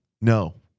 No